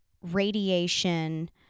radiation